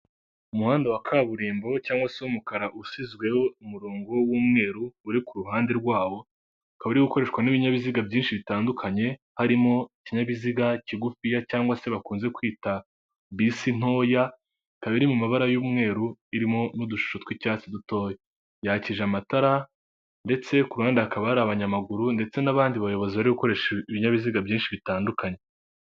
Umuhanda wa kaburimbo cyangwa se w'umukara usizweho umurongo w'umweru uri ku ruhande rwawo, ukaba ari gukoreshwa n'ibinyabiziga byinshi bitandukanye, harimo ikinyabiziga kigufiya cyangwa se bakunze kwita bisi ntoya, ikaba iri mu mabara y'umweru irimo n'udushusho tw'icyatsi dutoya, yakije amatara ndetse ku ruhande hakaba hari abanyamaguru ndetse n'abandi bayobozi bari gukoresha ibinyabiziga byinshi bitandukanye.